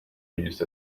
used